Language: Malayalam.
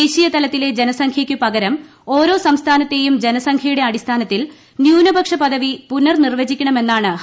ദേശീയ തലത്തിലെ ജനസംഖൃക്കു പകരം ഓരോ സംസ്ഥാന്റ്തെയും ജനസംഖൃയുടെ അടിസ്ഥാനത്തിൽ ന്യൂനപക്ഷ പദവി പ്രുന്റർ നിർവചിക്കണമെന്നാണ് ആവശ്യം